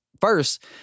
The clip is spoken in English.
first